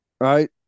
right